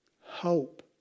Hope